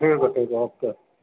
ٹھیک ہے ٹھیک ہے اوکے